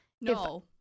No